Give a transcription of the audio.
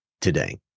today